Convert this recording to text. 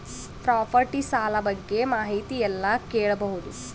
Property ಸಾಲ ಬಗ್ಗೆ ಮಾಹಿತಿ ಎಲ್ಲ ಕೇಳಬಹುದು?